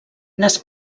les